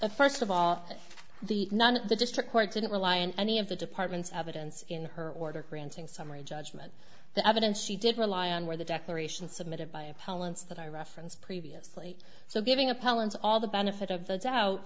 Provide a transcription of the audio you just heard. that first of all the nun at the district court didn't rely on any of the departments evidence in her order granting summary judgment the evidence she did rely on where the declaration submitted by appellants that i referenced previously so giving appellants all the benefit of the doubt